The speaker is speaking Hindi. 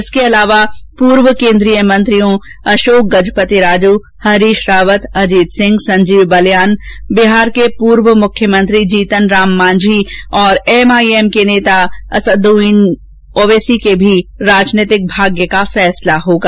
इसके अलावा पूर्व केन्द्रीय मंत्रियों अशोक गजपति राजू हरीश रावत अजीत सिंह संजीव बलयान बिहार के पूर्व मुख्यमंत्री जीतनराम मांझी और एमआईएम के नेता असदउद्दीन ओवैसी के भी राजनीतिक भाग्य का फैसला होगा